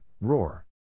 roar